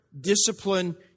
discipline